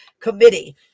Committee